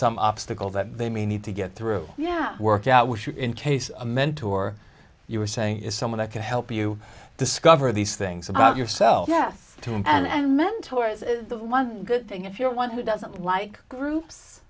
some obstacle that they may need to get through yeah it worked out in case a mentor you were saying is someone i can help you discover these things about yourself yes and mentors is the one good thing if you're one who doesn't like groups